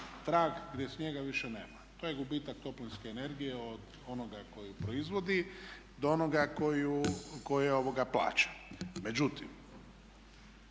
trag gdje snijega više nema. To je gubitak toplinske energije od onoga tko je proizvodi do onoga tko je plaća.